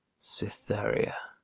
cytherea,